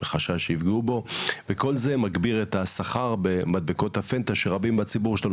מחשש שיפגעו בו וכל זה מגביר את הסחר במדבקות הפנטה שרבים בציבור שלנו,